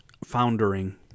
foundering